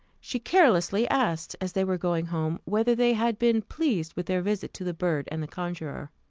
she carelessly asked, as they were going home, whether they had been pleased with their visit to the bird and the conjuror.